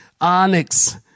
onyx